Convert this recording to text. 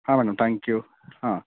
ಹಾಂ madam thank you ಹಾಂ